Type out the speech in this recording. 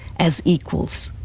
as equals.